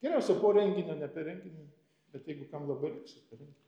geriausia po renginio ne per renginį bet jeigu kam labai galėsit per renginį